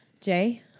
Jay